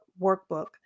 workbook